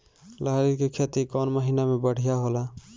लहरी के खेती कौन महीना में बढ़िया होला?